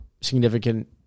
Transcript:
significant